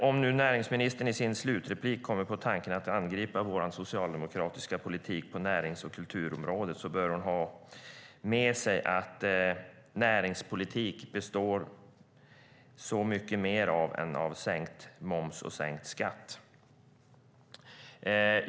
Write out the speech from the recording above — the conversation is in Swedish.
Om nu näringsministern i sitt avslutningsanförande kommer på tanken att angripa vår socialdemokratiska politik på närings och kulturområdet bör hon ha med sig att näringspolitik består av mycket mer än av sänkt moms och sänkt skatt.